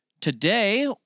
today